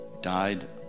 died